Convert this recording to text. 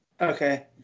Okay